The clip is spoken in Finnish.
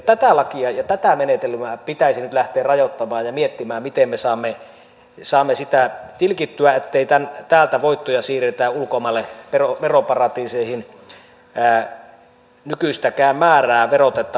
tätä lakia ja menetelmää pitäisi nyt lähteä rajoittamaan ja miettimään miten me saamme sitä tilkittyä ettei täältä voittoja siirretä ulkomaille veroparatiiseihin nykyistäkään määrää verotettavaksi